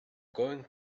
going